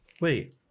Wait